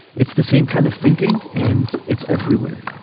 it's the same kind of thinking. and it's everywhere.